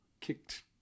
kicked